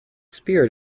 spirit